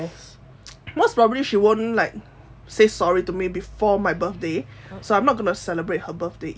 most probably she wouldn't like say sorry to me before my birthday so I'm not going to celebrate her birthday either